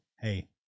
hey